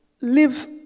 live